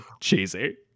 Cheesy